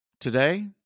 Today